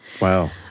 Wow